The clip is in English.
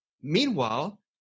Meanwhile